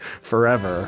forever